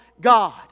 God